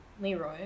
Leroy